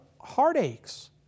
heartaches